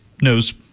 knows